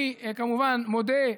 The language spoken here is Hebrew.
אני כמובן מודה,